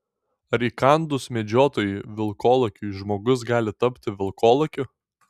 ar įkandus medžiotojui vilkolakiui žmogus gali tapti vilkolakiu